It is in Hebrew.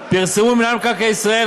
פרסמו מינהל מקרקעי ישראל,